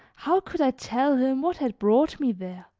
how could i tell him what had brought me there?